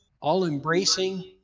all-embracing